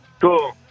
Cool